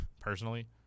personally